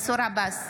נוכח מנסור עבאס,